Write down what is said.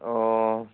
ও